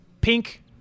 Pink